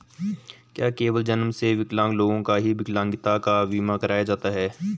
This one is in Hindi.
क्या केवल जन्म से विकलांग लोगों का ही विकलांगता बीमा कराया जाता है?